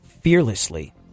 fearlessly